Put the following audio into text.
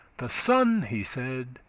the sun, he said,